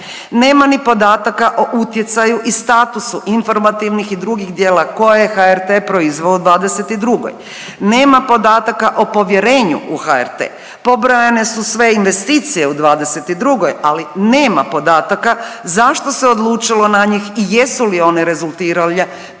Nema ni podataka o utjecaju i statusu informativnih i drugih dijela koje je HRT proizveo u '22. Nema podataka o povjerenju u HRT. Pobrojane su sve investicije u '22., ali nema podataka zašto se odlučilo na njih i jesu li one rezultirale